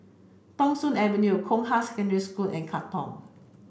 Thong Soon Avenue Hong Kah Secondary School and Katong